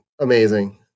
amazing